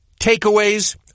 takeaways